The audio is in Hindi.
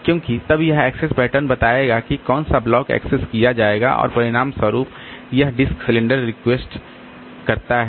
क्योंकि तब यह एक्सेस पैटर्न बताएगा कि कौन सा ब्लॉक एक्सेस किया जाएगा और परिणामस्वरूप यह डिस्क सिलेंडर रिक्वेस्ट करता है